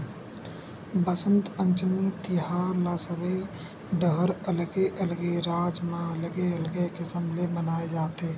बसंत पंचमी तिहार ल सबे डहर अलगे अलगे राज म अलगे अलगे किसम ले मनाए जाथे